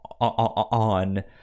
on